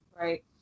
right